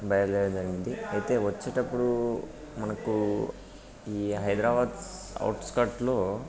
బయలుదేరడం జరిగింది అయితే వచ్చేటప్పుడు మనకు ఈ హైదరాబాద్స్ అవుట్స్స్కర్ట్లో